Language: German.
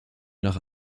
nach